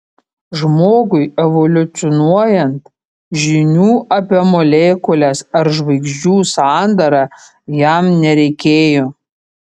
žmogui evoliucionuojant žinių apie molekules ar žvaigždžių sandarą jam nereikėjo